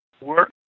work